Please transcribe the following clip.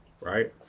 right